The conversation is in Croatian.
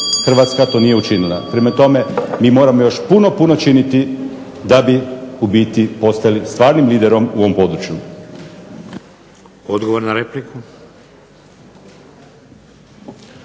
Hrvatska to nije učinila. Prema tome, mi moramo još puno, puno činiti da bi u biti postali stvarnim liderom u ovom području.